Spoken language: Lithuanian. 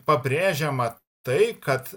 pabrėžiama tai kad